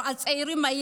הצעירים,